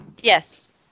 Yes